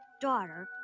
daughter